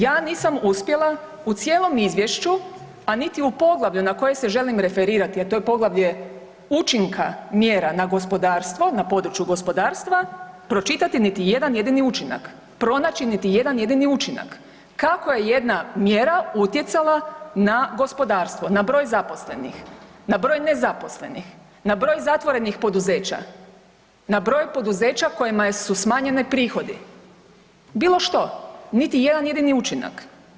Ja nisam uspjela u cijelom izvješću, a niti u poglavlju na koje se želim referirati, a to je poglavlje učinka mjera na gospodarstvo, na području gospodarstva pročitati niti jedan jedini učinak, pronaći niti jedan jedini učinak, kako je jedna mjera utjecala na gospodarstvo, na broj zaposlenih, na broj nezaposlenih, na broj zatvorenih poduzeća, na broj poduzeća kojima su smanjeni prihodi, bilo što, niti jedan jedini učinak.